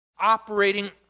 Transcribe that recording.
Operating